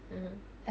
(uh huh)